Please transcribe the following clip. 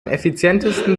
effizientesten